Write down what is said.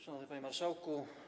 Szanowny Panie Marszałku!